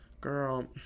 Girl